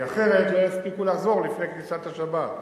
כי אחרת לא יספיקו לחזור לפני כניסת השבת.